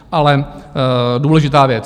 Ale důležitá věc.